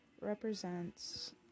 represents